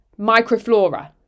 microflora